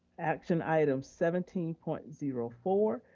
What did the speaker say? action item seventeen point zero four,